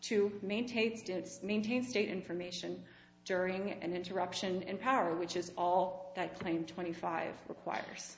to maintain maintain state information during an interruption in power which is all that claimed twenty five requires